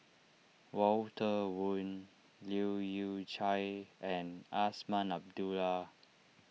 Walter Woon Leu Yew Chye and Azman Abdullah